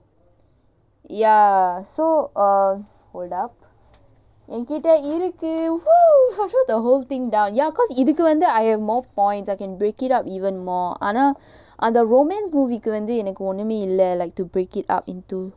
ya so err hold up என்கிட்ட இருக்கு:enkitta iruku !hooo! I took the whole thing down ya because இதுக்கு வந்து:ithukku vanthu I have more points I can break it up even more ஆனா அந்த:anaa antha romance movie க்கு வந்து எனக்கு ஒண்ணுமே இல்ல:kku vanthu enakku onnumae illa like to break it up into